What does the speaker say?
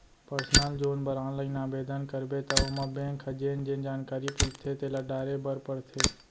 personal loan बर online आबेदन करबे त ओमा बेंक ह जेन जेन जानकारी पूछथे तेला डारे बर परथे